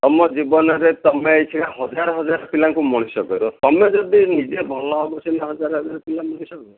ତୁମ ଜୀବନରେ ତୁମେ ଏଇକ୍ଷିଣା ହଜାର ହଜାର ପିଲାଙ୍କୁ ମଣିଷ କରିବ ତୁମେ ଯଦି ନିଜେ ଭଲ ହେବ ସିନା ହଜାର ହଜାର ପିଲା ମଣିଷ ହେବେ